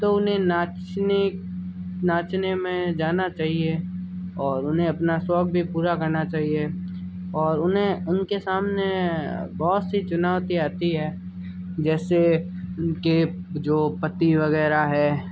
तो उन्हें नाचने नाचने में जाना चाहिए और उन्हें अपना शौक भी पूरा करना चाहिए और उन्हें उनके सामने बहुत सी चुनौति आती है जैसे उनके जो पति वगैरह हैं